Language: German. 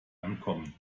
ankommen